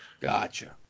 Gotcha